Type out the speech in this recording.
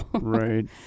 right